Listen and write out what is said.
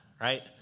right